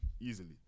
easily